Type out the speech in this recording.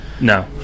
No